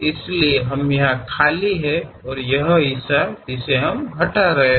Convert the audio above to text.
इसलिए हम यहां खाली हैं और यह वह हिस्सा है जिसे हम हटा रहे हैं